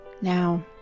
Now